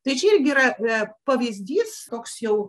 tai čia irgi yra e pavyzdys toks jau